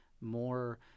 more